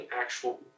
actual